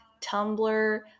Tumblr